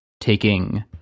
taking